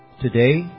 Today